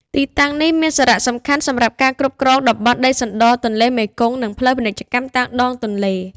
ទីតាំងនេះមានសារៈសំខាន់សម្រាប់ការគ្រប់គ្រងតំបន់ដីសណ្តទន្លេមេគង្គ និងផ្លូវពាណិជ្ជកម្មតាមដងទន្លេ។